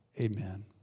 Amen